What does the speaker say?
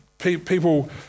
people